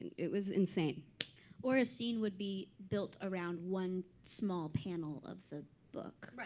and it was insane or a scene would be built around one small panel of the book.